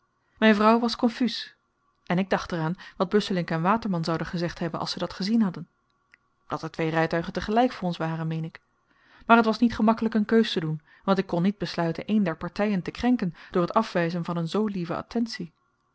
myn vrouw was konfuus en ik dacht er aan wat busselinck en waterman zouden gezegd hebben als ze dat gezien hadden dat er twee rytuigen tegelyk voor ons waren meen ik maar t was niet gemakkelyk een keus te doen want ik kon niet besluiten een der partyen te krenken door t afwyzen van een zoo lieve attentie